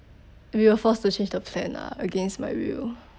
we were forced to change the plan lah against my will